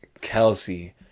Kelsey